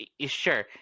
sure